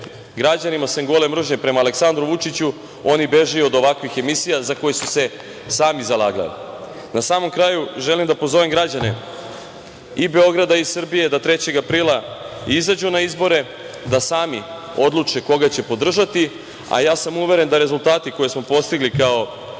građanima, sem gole mržnje prema Aleksandru Vučiću, oni beže i od ovakvih emisija za koje su se sami zalagali. Na samom kraju želim da pozove građane i Beograda i Srbije da 3. aprila izađu na izbore, da sami odluče koga će podržati, a ja sam uveren da rezultati koje smo postigli kao